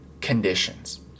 conditions